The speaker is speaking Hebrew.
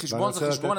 חשבון, זה חשבון.